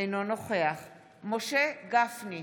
אינו נוכח משה גפני,